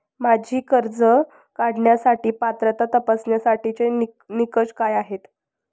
माझी कर्ज काढण्यासाठी पात्रता तपासण्यासाठीचे निकष काय आहेत?